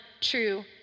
true